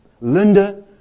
Linda